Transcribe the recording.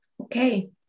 Okay